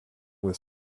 with